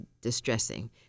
distressing